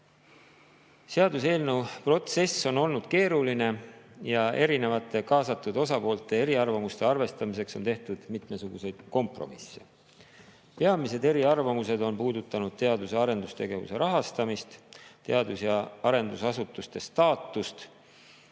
Seaduseelnõu protsess on olnud keeruline ja kaasatud osapoolte eriarvamuste arvestamiseks on tehtud mitmesuguseid kompromisse. Peamised eriarvamused on puudutanud teadus- ja arendustegevuse rahastamist, teadus- ja arendusasutuste staatust